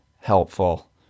helpful